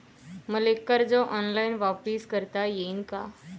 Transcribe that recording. मले कर्ज ऑनलाईन वापिस करता येईन का?